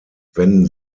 wenden